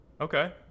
Okay